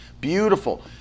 Beautiful